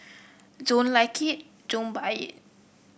don't like it don't buy it